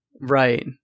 Right